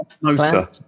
Motor